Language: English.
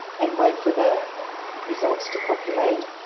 and wait for the results to populate,